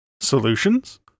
solutions